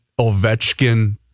Ovechkin